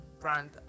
brand